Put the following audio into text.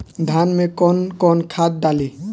धान में कौन कौनखाद डाली?